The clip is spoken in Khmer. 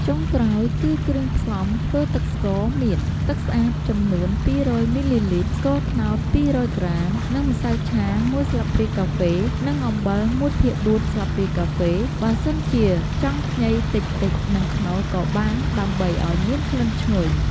ចុងក្រោយ គឺគ្រឿងផ្សំធ្វើទឹកស្ករមាន ទឹកស្អាតចំនួន២០០មីលីលីត្រ ស្ករត្នោត២០០ក្រាម និងម្សៅឆាមួយស្លាបព្រាកាហ្វេ និងអំបិលមួយភាគបួនស្លាបព្រាកាហ្វ បើសិនជាចង់ដាក់ខ្ញីតិចៗនិងខ្នុរក៏បានដើម្បីឲ្យមានក្លិនឈ្ងុយ។